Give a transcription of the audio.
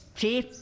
Chief